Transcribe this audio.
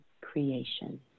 creation